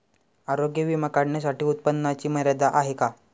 आरोग्य विमा काढण्यासाठी उत्पन्नाची मर्यादा आहे का?